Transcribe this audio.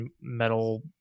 metal